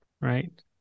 Right